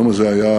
היום הזה היה